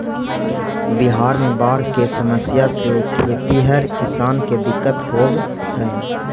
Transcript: बिहार में बाढ़ के समस्या से खेतिहर किसान के दिक्कत होवऽ हइ